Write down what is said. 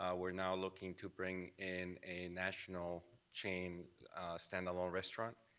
ah we're now looking to bring in a national chain stand-alone restaurant,